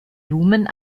lumen